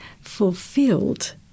fulfilled